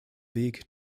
weg